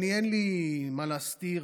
אין לי מה להסתיר,